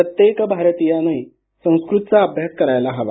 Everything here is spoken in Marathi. प्रत्येक भारतीयाने संस्कृतचा अभ्यास करायला हवा